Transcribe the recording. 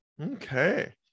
okay